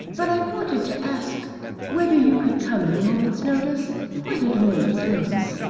but i wanted to ask whether you could come at a moment's notice quite at a moment's notice.